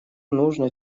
нужно